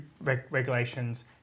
regulations